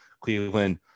Cleveland